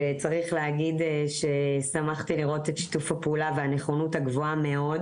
וצריך להגיד ששמחתי לראות את שיתוף הפעולה והנכונות הגבוהה מאוד